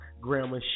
grandma